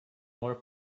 more